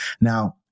Now